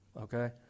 okay